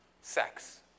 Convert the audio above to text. sex